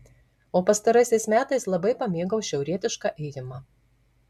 o pastaraisiais metais labai pamėgau šiaurietišką ėjimą